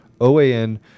OAN